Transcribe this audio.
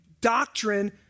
doctrine